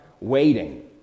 waiting